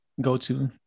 go-to